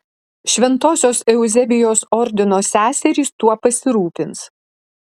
šventosios euzebijos ordino seserys tuo pasirūpins